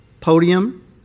podium